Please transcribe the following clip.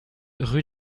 rue